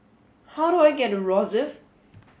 how do I get to Rosyth